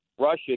Russia